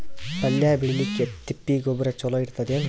ಪಲ್ಯ ಬೇಳಿಲಿಕ್ಕೆ ತಿಪ್ಪಿ ಗೊಬ್ಬರ ಚಲೋ ಇರತದೇನು?